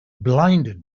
blinded